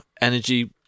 energy